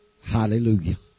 Hallelujah